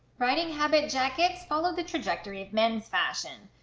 riding habit jackets followed the trajectory of men's fashion.